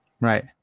Right